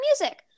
music